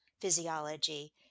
physiology